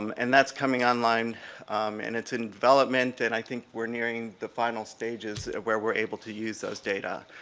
um and that's coming online and it's in development and i think we're nearing the final stages it where were able to use those data.